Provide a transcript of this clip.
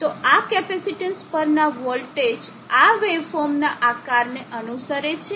તો આ કેપેસિટેન્સ પરના વોલ્ટેજ આ વેવફોર્મના આકારને અનુસરે છે